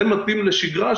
זה מתאים לשגרה,